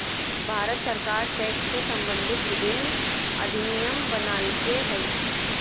भारत सरकार टैक्स से सम्बंधित विभिन्न अधिनियम बनयलकय हइ